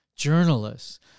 Journalists